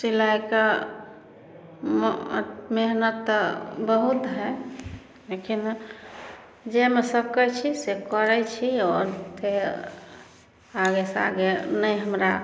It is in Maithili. सिलाइके मेहनत तऽ बहुत हइ लेकिन जे मे सकै छी से करै छी आओर ओते आगे सँ आगे नहि हमरा